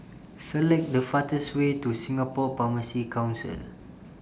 Select The fastest Way to Singapore Pharmacy Council